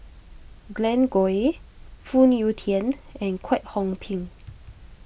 Glen Goei Phoon Yew Tien and Kwek Hong Png